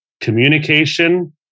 communication